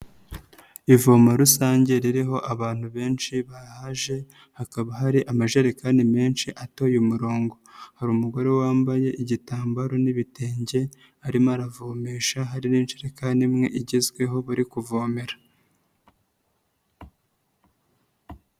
Ivoma rusange ririho abantu benshi bahaje hakaba hari amajerekani menshi atoye umurongo, hari umugore wambaye igitambaro n'ibitenge arimo aravomesha hari n'injekani imwe igezweho bari kuvomera.